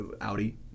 Audi